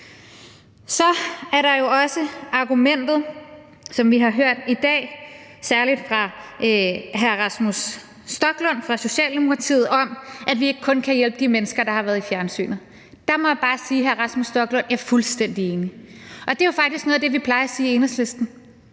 Så er der jo også argumentet, som vi har hørt i dag, særlig fra hr. Rasmus Stoklund fra Socialdemokratiet, om, at vi ikke kun kan hjælpe de mennesker, der har været i fjernsynet. Der må jeg bare sige, hr. Rasmus Stoklund, at jeg er fuldstændig enig. Det er jo faktisk noget af det, vi plejer at sige i Enhedslisten: